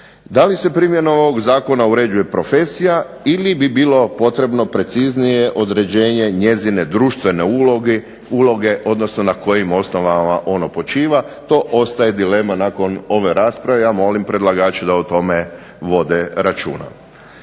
Da li se primjenom ovog zakona uređuje profesija ili bi bilo potrebno preciznije određenje njezine društvene uloge, odnosno na kojim osnovama ono počiva. To ostaje dilema nakon ove rasprave. Ja molim predlagače da o tome vode računa.